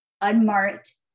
unmarked